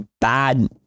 bad